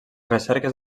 recerques